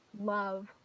love